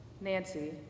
Nancy